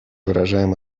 выражаем